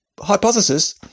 hypothesis